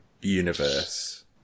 universe